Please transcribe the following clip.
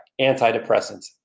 antidepressants